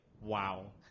wow